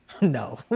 No